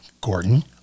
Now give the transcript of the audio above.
Gordon